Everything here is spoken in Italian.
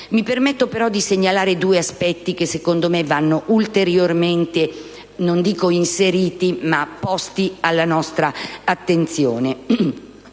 Mi permetto però di segnalare due aspetti, che secondo me vanno non dico inseriti, ma posti alla nostra attenzione: